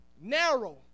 narrow